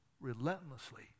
relentlessly